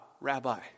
Rabbi